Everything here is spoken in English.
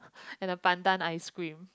and the pandan ice cream